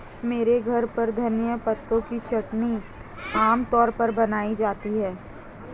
मेरे घर पर धनिए के पत्तों की चटनी आम तौर पर बनाई जाती है